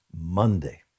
Monday